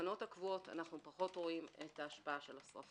בתחנות הקבועות אנחנו פחות רואים את השפעת השריפות.